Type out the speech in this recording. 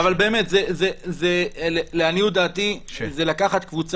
יכול להאריך את התקופה הזאת בכפוף לקורונה,